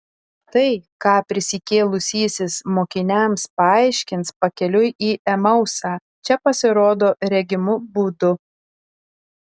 tai ką prisikėlusysis mokiniams paaiškins pakeliui į emausą čia pasirodo regimu būdu